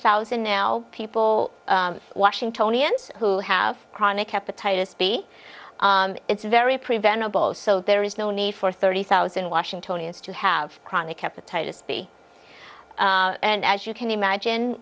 thousand now people washingtonians who have chronic hepatitis b it's very preventable so there is no need for thirty thousand washingtonians to have chronic hepatitis b and as you can imagine